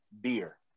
beer